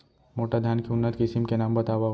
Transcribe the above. मोटा धान के उन्नत किसिम के नाम बतावव?